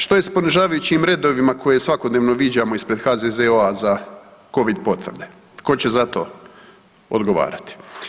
Što je s ponižavajućim redovima koje svakodnevno viđamo ispred HZZO-a za covid potvrde, tko će za to odgovarati?